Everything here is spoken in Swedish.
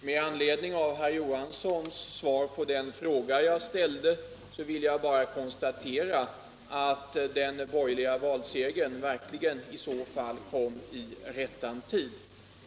Herr talman! Med anledning av herr Johanssons i Ljungby svar på den fråga jag ställde vill jag bara konstatera att den borgerliga valsegern verkligen kom i rättan tid.